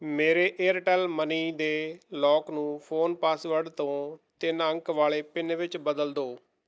ਮੇਰੇ ਏਅਰਟੈੱਲ ਮਨੀ ਦੇ ਲੌਕ ਨੂੰ ਫ਼ੋਨ ਪਾਸਵਰਡ ਤੋਂ ਤਿੰਨ ਅੰਕ ਵਾਲੇ ਪਿੰਨ ਵਿੱਚ ਬਦਲ ਦਿਉ